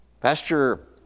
Pastor